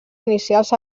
inicials